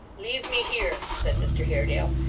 leave me here said mr haredale,